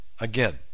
Again